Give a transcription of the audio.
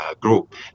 group